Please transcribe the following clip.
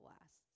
lasts